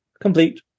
complete